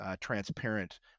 transparent